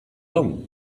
long